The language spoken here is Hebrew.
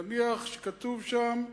נניח שכתוב שם: